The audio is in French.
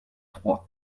trois